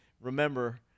remember